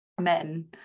men